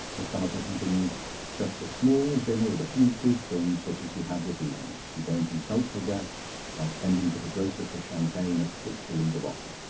mr. huttle continued just a small dinner with a few good things, such as you have this evening. you don't insult your guests by sending to the grocer for champagne at six shillings a bottle.